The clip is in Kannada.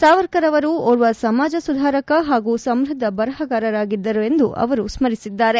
ಸಾವರ್ಕರ್ ಅವರು ಓರ್ವ ಸಮಾಜ ಸುಧಾರಕ ಹಾಗೂ ಸಮೃದ್ದ ಬರಹಗಾರರಾಗಿದ್ದಾರೆಂದೂ ಸ್ಕರಿಸಿದ್ದಾರೆ